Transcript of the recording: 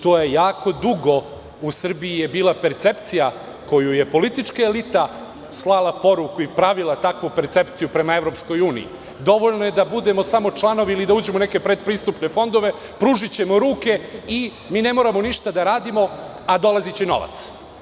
To je jako dugo u Srbiji bila percepcija, gde je politička elita slala poruku i pravila takvu percepciju prema EU - dovoljno je da budemo samo članovi ili da uđemo u neke predpristupne fondove, pružićemo ruke i mi ne moramo ništa da radimo, a dolaziće novac.